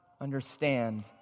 understand